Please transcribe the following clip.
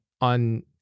on